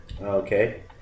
okay